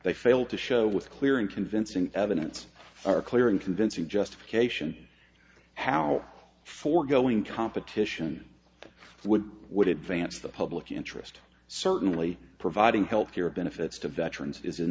they failed to show with clear and convincing evidence or clear and convincing justification how foregoing competition would would advance the public interest certainly providing health care benefits to veterans is in